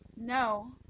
No